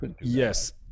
Yes